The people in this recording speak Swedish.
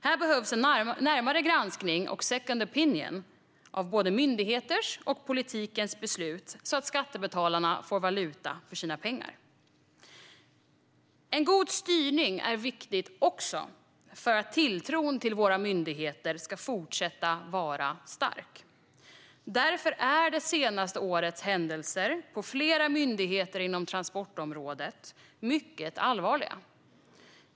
Här behövs en närmare granskning och en second opinion i fråga om både myndigheters och politikens beslut så att skattebetalarna får valuta för sina pengar. En god styrning är viktig också för att tilltron till våra myndigheter ska fortsätta att vara stark. Därför är det senaste årets händelser på flera myndigheter inom transportområdet mycket allvarliga.